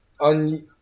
on